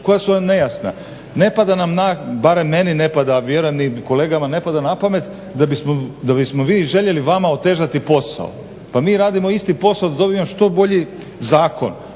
koja su nam nejasna. Ne pada nam na pamet, barem meni ne pada, a vjerujem kolega ne pada na pamet da bismo mi željeli vama otežati posao. Pa mi radimo isti posao da dobijemo što bolji zakon.